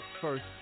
First